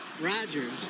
Rogers